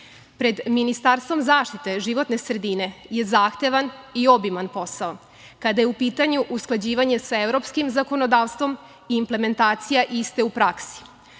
Ministarstvom zaštite životne sredine je zahtevan i obiman posao kada je u pitanju usklađivanje sa evropskim zakonodavstvom i implementacija iste u praksi. Uverili